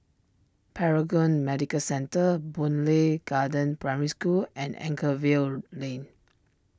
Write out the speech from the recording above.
Paragon Medical Centre Boon Lay Garden Primary School and Anchorvale Lane